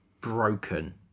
broken